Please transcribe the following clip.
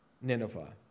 Nineveh